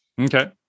okay